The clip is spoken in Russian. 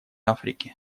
африки